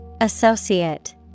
Associate